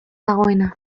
dagoena